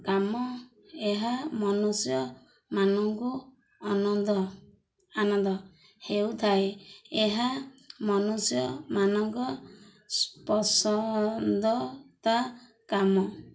କାମ ଏହା ମନୁଷ୍ୟମାନଙ୍କୁ ଆନନ୍ଦ ଆନନ୍ଦ ହେଉଥାଏ ଏହା ମନୁଷ୍ୟମାନଙ୍କ ପସନ୍ଦତା କାମ